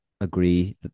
agree